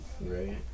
Right